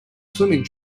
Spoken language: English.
swimming